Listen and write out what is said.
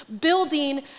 building